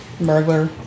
Burglar